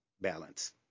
balance